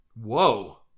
Whoa